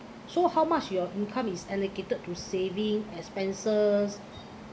so how much your income is allocated to saving expenses